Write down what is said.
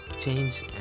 change